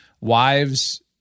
Wives